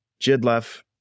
Jidlef